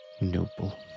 noble